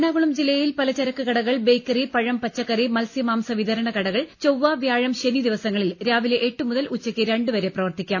എറണാകുളം ജില്ലയിൽ പലചരക്ക് കടകൾ ബേക്കറി പഴം പച്ചക്കറി മത്സ്യ മാംസ വിതരണ കടകൾ ചൊവ്വ വ്യാഴം ശനി ദിവസങ്ങളിൽ രാവിലെ എട്ട് മുതൽ ഉച്ചയ്ക്ക് രണ്ടുവരെ പ്രവർത്തിക്കാം